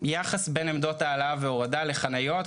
יש יחס בין עמדות העלאה והורדה לחניות.